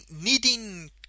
needing